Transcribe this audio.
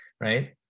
right